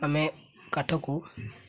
ଆମେ କାଠକୁ